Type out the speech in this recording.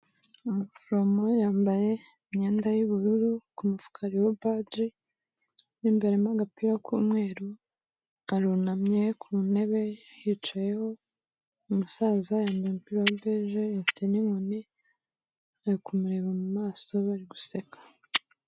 Umuforomo yambaye imyenda y'ubururu, ku mufuka hariho baji, yambariyemo agapira k'umweru, arunamye ku ntebe hicayeho umusaza bigaragara ko ashaje, afite n'inkoni, ari kumureba mu maso bari guseka.